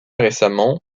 récemment